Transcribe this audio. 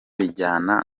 bijyana